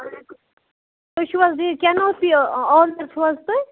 تُہۍ چھِو حظ یہِ کین اوس یہِ آرڈَر چھُو حظ تُہۍ